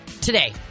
today